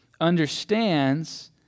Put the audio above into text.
understands